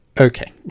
Okay